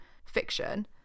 fiction